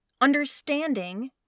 understanding